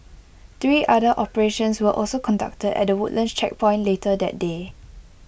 three other operations were also conducted at the Woodlands checkpoint later that day